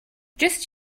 just